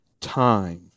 time